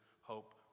hope